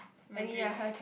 Mandarin